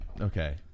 Okay